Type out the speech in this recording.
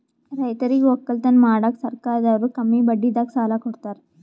ರೈತರಿಗ್ ವಕ್ಕಲತನ್ ಮಾಡಕ್ಕ್ ಸರ್ಕಾರದವ್ರು ಕಮ್ಮಿ ಬಡ್ಡಿದಾಗ ಸಾಲಾ ಕೊಡ್ತಾರ್